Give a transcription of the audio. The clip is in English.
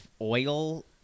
oil